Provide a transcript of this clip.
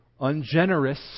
Ungenerous